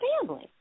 family